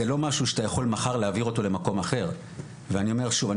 זה לא משהו שאתה יכול מחר להעביר אותו למקום אחר ואני אומר שוב,